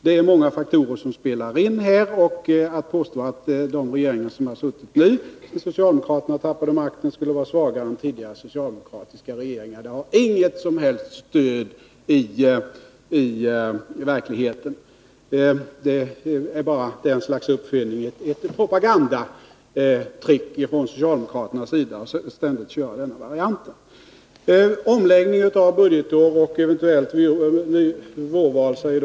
Det är många faktorer som här spelar in, Påståendet att de regeringar som har suttit nu, sedan socialdemokraterna tappade makten, skulle vara svagare än tidigare socialdemokratiska regeringar har inget som helst stöd i verkligheten. Det är bara ett propagandatrick ifrån socialdemokraternas sida att ständigt påstå detta. Johansson är något plötsligt påkommet.